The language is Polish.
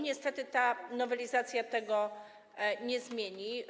Niestety ta nowelizacja tego nie zmieni.